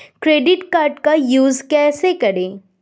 Credit card का use कैसे करें?